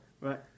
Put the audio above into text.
Right